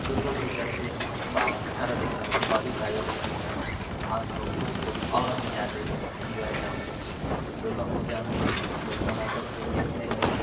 दुर्गा पूजा से बाद अठारह दिन बाद दीपावली का आयोजन होता है और लोग उसको और भी ज़्यादे इंजॉय करते हैं दुर्गा पूजा में लोग नवरात्र से ही अपने एक